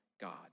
God